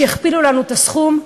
שהכפילו לנו את הסכום.